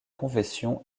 confession